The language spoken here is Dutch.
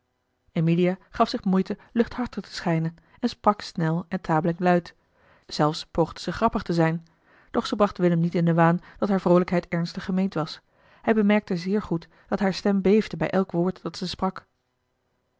emilia gaf zich moeite luchthartig te schijnen en sprak snel en tamelijk luid zelfs poogde ze grappig te zijn doch ze bracht willem niet in den waan dat haar vroolijkheid ernstig gemeend was hij bemerkte zeer goed dat hare stem beefde bij elk woord dat ze sprak